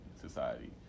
society